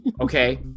Okay